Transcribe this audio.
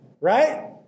right